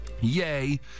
Yay